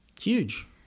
huge